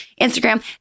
Instagram